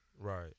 right